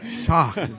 shocked